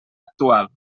actual